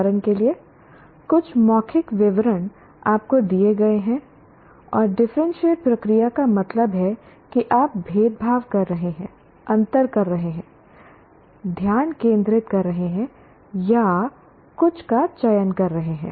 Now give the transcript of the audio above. उदाहरण के लिए कुछ मौखिक विवरण आपको दिए गए हैं और डिफरेंटशिएट प्रक्रिया का मतलब है कि आप भेदभाव कर रहे हैं अंतर कर रहे हैं ध्यान केंद्रित कर रहे हैं या कुछ का चयन कर रहे हैं